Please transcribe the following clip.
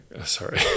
Sorry